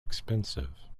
expensive